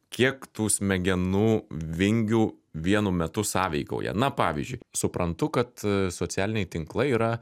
kiek tų smegenų vingių vienu metu sąveikauja na pavyzdžiui suprantu kad socialiniai tinklai yra